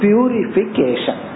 Purification